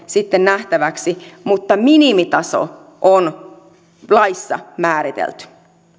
sitten nähtäväksi mutta minimitaso on laissa määritelty